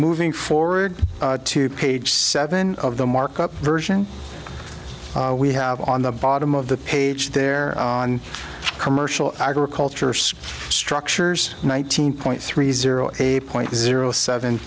moving forward to page seven of the mark up version we have on the bottom of the page there on commercial agriculture structures nineteen point three zero eight point zero seven